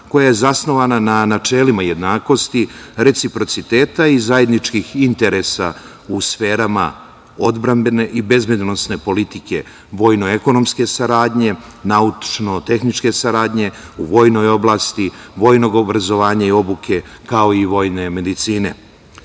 koja je zasnovana na načelima jednakosti, reciprociteta i zajedničkih interesa u sferama odbrambene i bezbednosne politike vojno-ekonomske saradnje, naučno-tehničke saradnje, u vojnoj oblasti, vojnog obrazovanja i obuke, kao i vojne medicine. Do